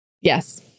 Yes